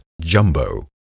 jumbo